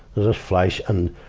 there's a flash and.